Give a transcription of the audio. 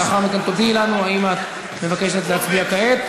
ולאחר מכן תודיעי לנו אם את מבקשת להצביע כעת,